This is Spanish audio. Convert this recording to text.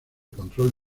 control